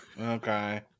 Okay